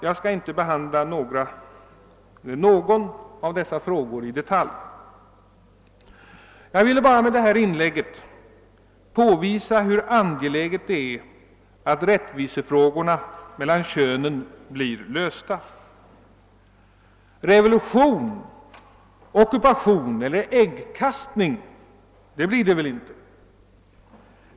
Jag skall inte behandla någon av dessa frågor i detalj. Jag ville bara med detta inlägg påvisa hur angeläget det är att rättvisefrågorna mellan könen blir lösta. Revolution, ockupation eller äggkastning blir det väl inte.